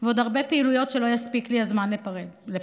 ועוד הרבה פעילויות שלא יספיק לי הזמן לפרט.